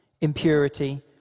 impurity